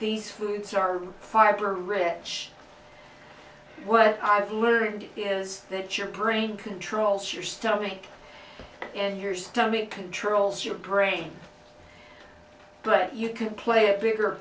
these foods are fiber rich what i've learned is that your brain controls your stomach and your stomach controls your brain but you can play a bigger